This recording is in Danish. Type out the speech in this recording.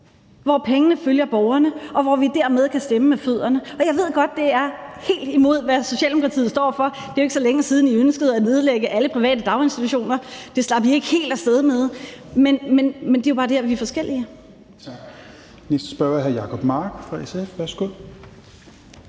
hvor pengene følger borgerne, og hvor vi dermed kan stemme med fødderne. Jeg ved godt, det er helt imod, hvad Socialdemokratiet står for – det er jo ikke så længe siden, I ønskede at nedlægge alle private daginstitutioner; det slap I ikke helt af sted med – men det er bare der, hvor vi er forskellige. Kl. 17:20 Tredje næstformand (Rasmus